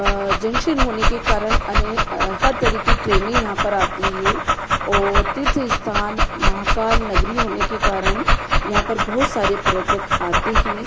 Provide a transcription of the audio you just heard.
junction होने के कारण अनेक हर तरह की ट्रेनें यहाँ पर आती हैं और तीर्थ स्थान महाकाल नगरी होने के कारण यहाँ पर बहुत सारे पर्यटक आते हैं